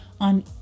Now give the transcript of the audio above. on